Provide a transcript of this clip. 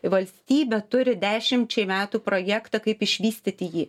valstybė turi dešimčiai metų projektą kaip išvystyti jį